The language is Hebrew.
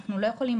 אנחנו לא יכולים,